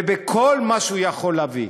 ובכל מה שהוא יכול להביא.